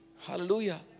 Hallelujah